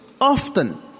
Often